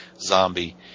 zombie